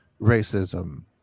racism